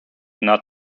not